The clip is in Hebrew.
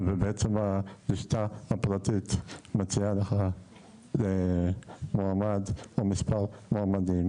בעצם הלשכה הפרטית מציעה לך מועמד או מספר מועמדים